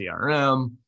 CRM